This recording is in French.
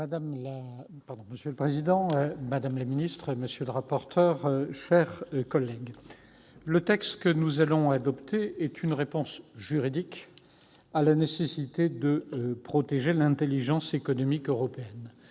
Monsieur le président, madame la ministre, monsieur le rapporteur, mes chers collègues, le texte que nous allons adopter est une réponse juridique à la nécessité de protéger l'intelligence économique européenne.